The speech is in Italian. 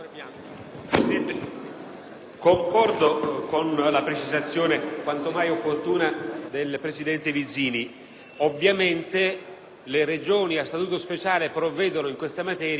Presidente, concordo con la precisazione quanto mai opportuna del presidente Vizzini. Ovviamente le Regioni a Statuto speciale provvedono, in questa materia,